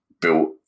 built